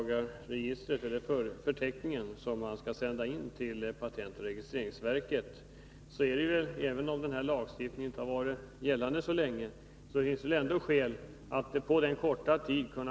När det sedan gäller den förteckning man skall sända in till patentoch registreringsverket så finns det, även om lagstiftningen inte varit i kraft så länge, anledning att konstatera att man bör byta ut förteckningen.